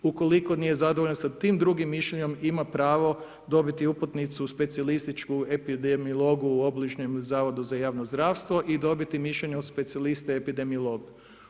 U koliko nije zadovoljan sa tim drugim mišljenjem ima pravo dobiti uputnicu specijalističku epidemiologu u obližnjem Zavodu za javno zdravstvo i dobiti mišljenje od specijaliste epidemiologa.